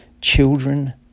Children